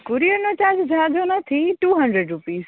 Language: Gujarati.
કુરિયરનો ચાર્જ ઝાઝો નથી ટુ હન્ડ્રેડ રૂપીસ